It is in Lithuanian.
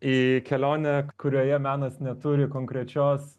į kelionę kurioje menas neturi konkrečios